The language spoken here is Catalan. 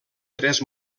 tres